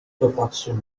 popatrzył